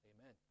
amen